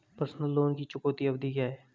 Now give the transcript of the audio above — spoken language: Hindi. पर्सनल लोन की चुकौती अवधि क्या है?